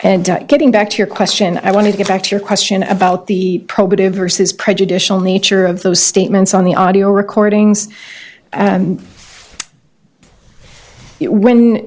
and getting back to your question i want to get back to your question about the probative versus prejudicial nature of those statements on the audio recordings when